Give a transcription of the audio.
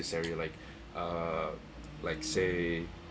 area like uh let say